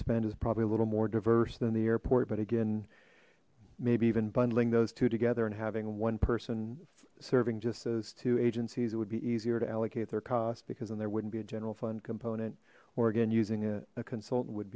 spend is probably a little more diverse than the airport but again maybe even bundling those two together and having one person serving just those two agencies it would be easier to allocate their cost because then there wouldn't be a general fund component or again using a consultant would